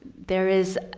there is.